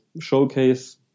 showcase